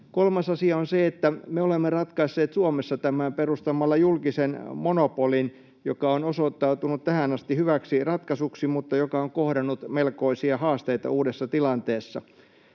Kolmas asia on se, että me olemme ratkaisseet Suomessa tämän perustamalla julkisen monopolin, joka on osoittautunut tähän asti hyväksi ratkaisuksi mutta joka on kohdannut melkoisia haasteita uudessa tilanteessa.